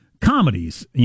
comedies